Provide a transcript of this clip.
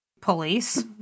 police